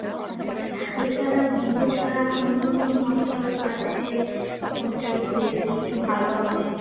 আচ্ছা আচ্ছা এছাড়া ভিভো ছাড়া অন্য কোনো মডেল আছে কোনটা একটু বেশি একটু ভালো হবে